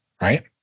right